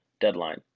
deadline